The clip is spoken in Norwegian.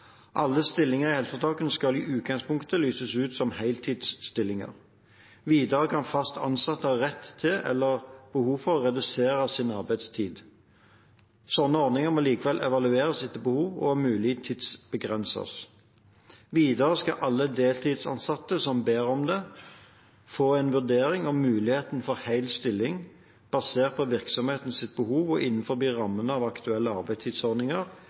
Alle stillinger i helseforetakene skal i utgangspunktet lyses ut som heltidsstillinger. Videre kan fast ansatte ha rett til eller behov for å redusere sin arbeidstid. Slike ordninger må likevel evalueres etter behov og om mulig tidsbegrenses. Videre skal alle deltidsansatte som ber om det, få en vurdering av mulighetene for hel stilling basert på virksomhetens behov og innenfor rammen av aktuelle arbeidstidsordninger,